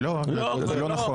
לא, זה לא נכון.